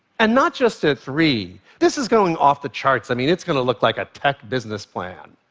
and not just to three. this is going off the charts. i mean, it's going to look like a tech business plan.